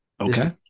Okay